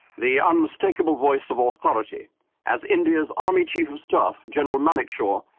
the unmistakable voice of authority, as india's army chief of staff, general manekshaw,